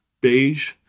beige